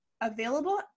available